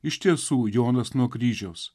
iš tiesų jonas nuo kryžiaus